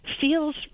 feels